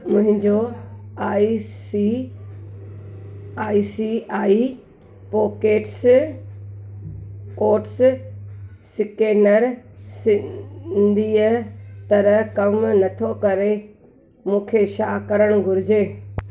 मुंहिंजो I C I C I pockets code scanner सिधीअ तरह कम नथो करे मूंखे छा करण घुरिजे